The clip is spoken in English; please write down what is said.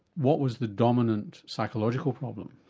what was the dominant psychological problem?